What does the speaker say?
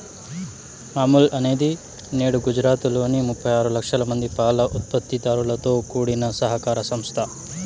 అమూల్ అనేది నేడు గుజరాత్ లోని ముప్పై ఆరు లక్షల మంది పాల ఉత్పత్తి దారులతో కూడిన సహకార సంస్థ